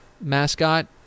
mascot